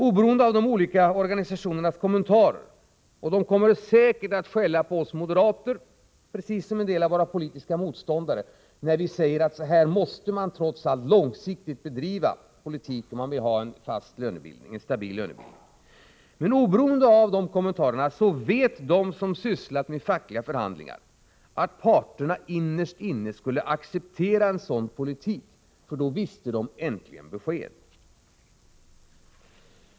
Oberoende av kommentarerna från de olika organisationerna — och de kommer säkert att skälla på oss moderater, precis som en del av våra politiska motståndare gör när vi säger att så här måste man trots allt långsiktigt bedriva politik om man vill ha en stabil lönebildning — vet de som sysslat med fackliga förhandlingar att parterna innerst inne skulle acceptera en sådan politik. Då visste de äntligen besked.